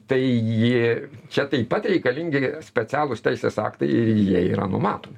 tai čia taip pat reikalingi specialūs teisės aktai ir jie yra numatomi